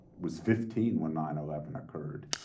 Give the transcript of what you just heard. was fifteen when nine eleven occurred,